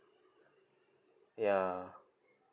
yeah